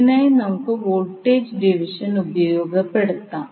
ഇതിനായി നമുക്ക് voltage division ഉപയോഗപ്പെടുത്താം